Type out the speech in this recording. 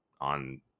on